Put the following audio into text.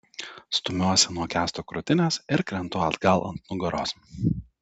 stumiuosi nuo kęsto krūtinės ir krentu atgal ant nugaros